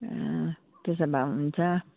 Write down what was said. ए त्यसो भए हुन्छ